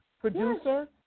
producer